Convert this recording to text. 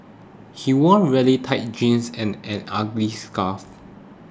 he wore really tight jeans and an ugly scarf